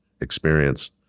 experience